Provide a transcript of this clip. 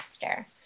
faster